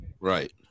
Right